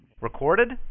Recorded